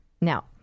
Now